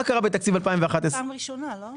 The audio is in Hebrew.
זו פעם ראשונה, לא?